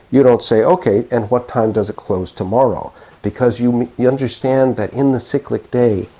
you don't say, okay, and what time does it close tomorrow because you you understand that in the cyclic day,